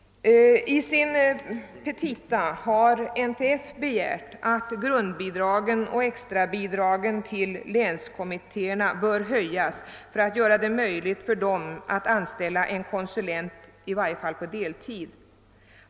I sina petita har NTF begärt att grundbidragen och extrabidragen till länskommittéerna bör höjas för att göra det möjligt för dem att anställa en konsulent, i varje fall på deltid.